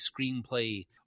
screenplay